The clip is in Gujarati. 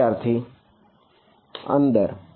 વિદ્યાર્થી અંદર